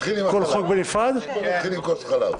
תתחיל עם כוס חלב.